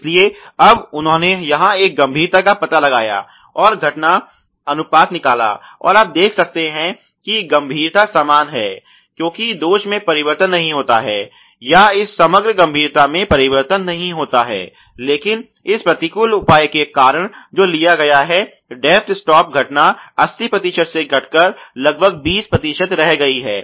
इसलिए अब उन्होंने यहां एक गंभीरता का पता लगाया और घटना अनुपात निकाला और आप देखते हैं कि गंभीरता समान है क्योंकि दोष में परिवर्तन नहीं होता है या इस समग्र गंभीरता में परिवर्तन नहीं होता है लेकिन इस प्रतिकूल उपाय के कारण जो लिया गया है डेप्थ स्टॉप घटना 80 प्रतिशत से घटकर लगभग 20 प्रतिशत रह गई है